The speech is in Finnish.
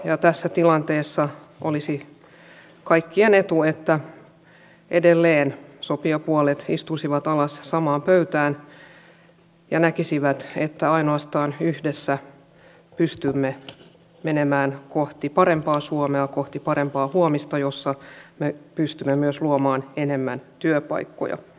ja tässä tilanteessa olisi kaikkien etu että edelleen sopijapuolet istuisivat alas samaan pöytään ja näkisivät että ainoastaan yhdessä pystymme menemään kohti parempaa suomea kohti parempaa huomista jossa me pystymme myös luomaan enemmän työpaikkoja